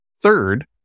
Third